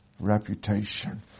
reputation